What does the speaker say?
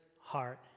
heart